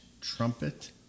trumpet